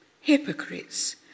Hypocrites